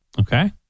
Okay